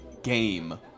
game